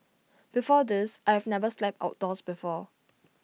before this I've never slept outdoors before